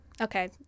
Okay